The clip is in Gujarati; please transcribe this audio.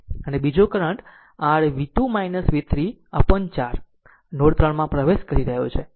અને બીજો current r v2 v3 upon 4 node 3 માં પ્રવેશ કરી રહ્યો છે